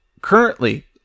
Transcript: Currently